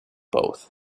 both